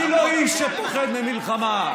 אני לא איש שפוחד ממלחמה.